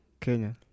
Kenya